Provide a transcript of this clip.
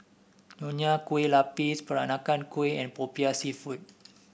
Nonya Kueh Lapis Peranakan Kueh and popiah seafood